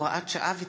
הוראת שעה ותיקון),